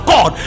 God